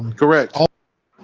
correct ah